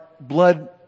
blood